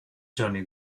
johnny